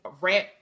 rap